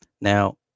now